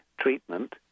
treatment